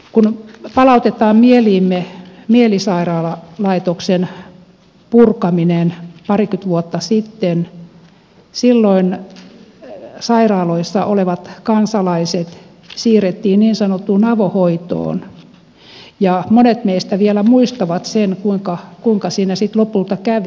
kun palautetaan mieleemme mielisairaalalaitoksen purkaminen parikymmentä vuotta sitten silloin sairaaloissa olevat kansalaiset siirrettiin niin sanottuun avohoitoon ja monet meistä vielä muistavat sen kuinka siinä sitten lopulta kävi